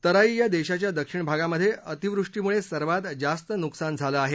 तराई या देशाच्या दक्षिण भागामध्ये अतिवृष्टीमुळे सर्वात जास्त नुकसान झालं आहे